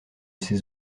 ces